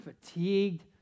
fatigued